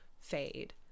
fade